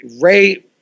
Ray